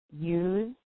use